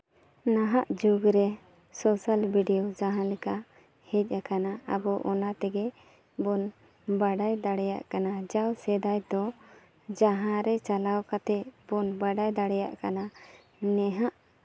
ᱱᱟᱦᱟᱜ ᱡᱩᱜᱽᱨᱮ social video ᱡᱟᱦᱟᱸᱞᱮᱠᱟ ᱦᱮᱡ ᱟᱠᱟᱱᱟ ᱟᱵᱚ ᱚᱱᱟ ᱛᱮᱜᱮᱵᱚᱱ ᱵᱟᱰᱟᱭ ᱫᱟᱲᱮᱭᱟᱜ ᱠᱟᱱᱟ ᱡᱟᱣ ᱥᱮᱫᱟᱭ ᱫᱚ ᱡᱟᱦᱟᱸᱨᱮ ᱪᱟᱞᱟᱣ ᱠᱟᱛᱮᱫ ᱵᱚᱱ ᱵᱟᱰᱟᱭ ᱫᱟᱲᱮᱭᱟᱜ ᱠᱟᱱᱟ ᱱᱟᱦᱟᱜ